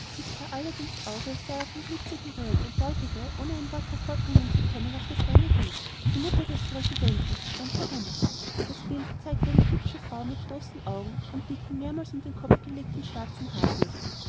allerdings aus als sei er vom blitze gerührt und deutete ohne ein wort hervorbringen zu können auf das eine bild die mutter des prätendenten lady fauntleroy stand darunter das bild zeigte eine hübsche frau mit großen augen und dicken mehrmals um den kopf gelegten schwarzen haarflechten